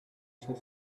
cent